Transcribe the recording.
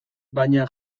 baina